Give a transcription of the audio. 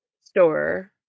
store